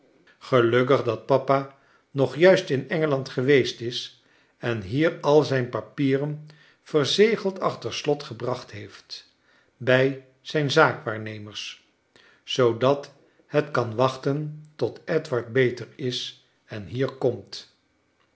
gelukkig dat papa nog juist in engeland geweest is en hier al zijn papieren verzegeld achter slot gebracht heeft bij zijn zaakwaarnemers zoodat het kan wachten tot edward beter is en hier komt